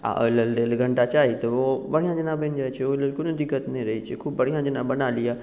आओर ओहिलेल डेढ़ घन्टा चाही तऽ ओ बढ़िआँ जकाँ बनि जाइ छै ओहिलेल कोनो दिक्कत नहि रहै छै खूब बढ़िआँ जेना बना लिअ